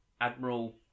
Admiral